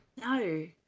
no